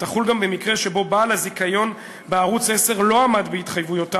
תחול גם במקרה שבו בעל הזיכיון בערוץ 10 לא עמד בהתחייבויותיו